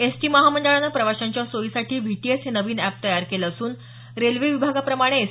S T महामंडळाने प्रवाशांच्या सोयीसाठी व्हीटीएस हे नवीन एप तयार केलं असून रेल्वे विभागाप्रमाणे एस